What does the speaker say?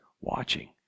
watching